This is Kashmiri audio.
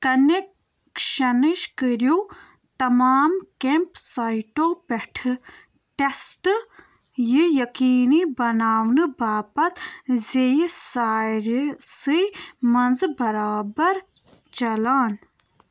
كنؠكشنٕچ كٔرِِو تمام كیمپ سایٹَو پٮ۪ٹھٕ ٹیٚسٹہٕ یہِ یقیٖنی بناونہٕ باپتھ زِ یہِ سٲرِسٕے منٛز برابر چلان